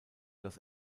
los